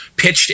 pitched